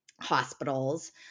hospitals